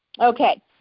Okay